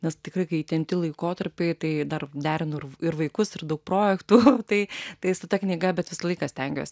nes tikrai kai įtempti laikotarpiai tai dar derinu ir vai ir vaikus ir daug projektų tai tai su ta knyga bet visą laiką stengiuos